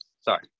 sorry